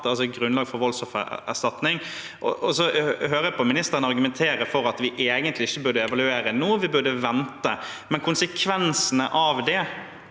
altså grunnlag for voldsoffererstatning. Jeg hører ministeren argumentere for at vi egentlig ikke bør evaluere nå, at vi burde vente, men konsekvensen av det